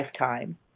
lifetime